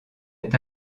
est